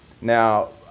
Now